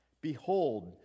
Behold